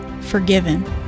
Forgiven